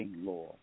law